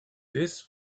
this